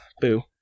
Boo